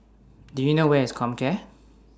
Do YOU know Where IS Comcare